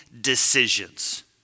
decisions